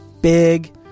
big